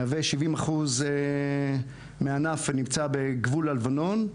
מהווה 70% מהענף ונמצא בגבול הלבנון.